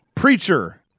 Preacher